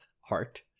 heart